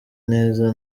ineza